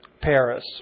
Paris